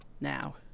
Now